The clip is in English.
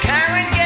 Karen